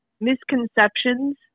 misconceptions